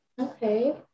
Okay